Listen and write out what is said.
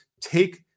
take